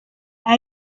ari